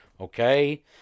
Okay